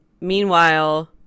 meanwhile